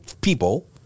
people